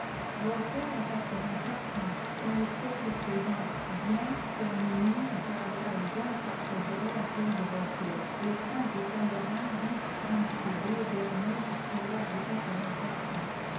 voltaire à quatre-vingt-quatre ans dans le siècle présent vien terminer une carrière égale par sa durée à celle de voltaire et le prince de talleyrand vivre cchsime ces deux derniers jusqu à tâge de quatre vingtr quatre ans